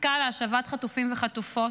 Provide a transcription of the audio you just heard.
עסקה להשבת חטופים וחטופות.